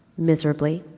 miserably,